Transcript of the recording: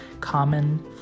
common